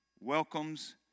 welcomes